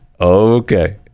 Okay